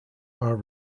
are